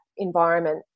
environment